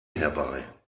herbei